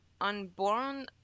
unborn